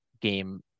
game